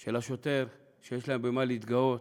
של השוטר, שיש לה במה להתגאות,